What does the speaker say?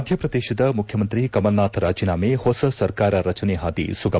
ಮಧ್ಯಪ್ರದೇಶದ ಮುಖ್ಯಮಂತ್ರಿ ಕಮಲ್ನಾಥ್ ರಾಜೀನಾಮೆ ಹೊಸ ಸರ್ಕಾರ ರಚನೆ ಹಾದಿ ಸುಗಮ